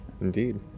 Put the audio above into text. Indeed